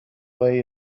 way